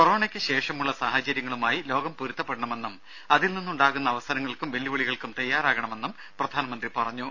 കൊറോണയ്ക്ക് ശേഷമുള്ള സാഹചര്യങ്ങളുമായി ലോകം പൊരുത്തപ്പെടണമെന്നും അതിൽ നിന്ന് ഉണ്ടാകുന്ന അവസരങ്ങൾക്കും വെല്ലുവിളികൾക്കും തയ്യാറാകണമെന്നും പ്രധാനമന്ത്രി പറഞ്ഞു